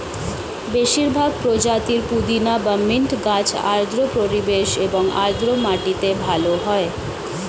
বেশিরভাগ প্রজাতির পুদিনা বা মিন্ট গাছ আর্দ্র পরিবেশ এবং আর্দ্র মাটিতে ভালো হয়